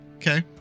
Okay